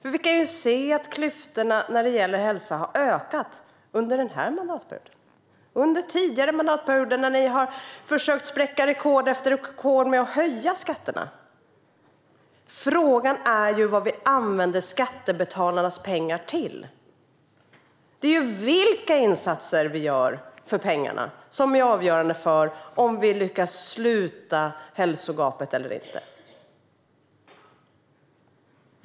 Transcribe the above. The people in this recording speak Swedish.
Vi ser ju att hälsoklyftorna har ökat under denna mandatperiod och under tidigare mandatperioder när ni har försökt slå rekord i att höja skatter. Frågan är ju vad vi använder skattebetalarnas pengar till. Det är ju vilka insatser vi gör för pengarna som är avgörande för om vi lyckas sluta hälsogapet eller inte.